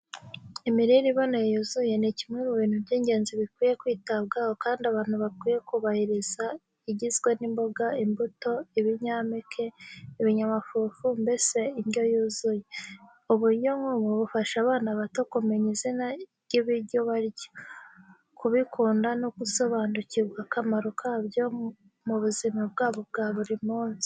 Imirire iboneye yuzuye ni kimwe mu bintu by'ingenzi bikwiye kwitabwaho kandi abantu bakwiye kubahiriza, igizwe n'imboga, imbuto, ibinyampeke, ibinyamafufu mbese indyo yuzuye. Uburyo nk’ubu bufasha abana bato kumenya izina ry’ibyo barya, kubikunda no gusobanukirwa akamaro kabyo mu buzima bwabo bwa buri munsi.